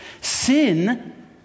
Sin